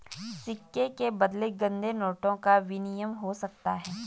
सिक्के के बदले गंदे नोटों का विनिमय हो सकता है